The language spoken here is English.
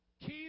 keep